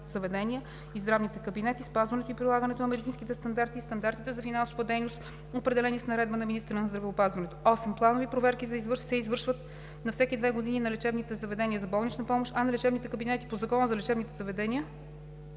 и здравните кабинети, спазването и прилагането на медицинските стандарти и стандартите за финансова дейност, определени с наредба на министъра на здравеопазването. 8. Планови проверки се извършват на всеки две години на лечебните заведения за болнична помощ, а на лечебните кабинети по Закона за лечебните заведения